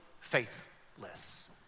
faithless